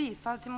Övriga